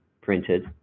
printed